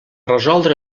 resoldre